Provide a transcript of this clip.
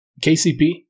KCP